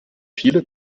viele